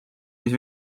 mis